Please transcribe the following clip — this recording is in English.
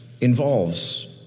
involves